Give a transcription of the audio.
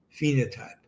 phenotype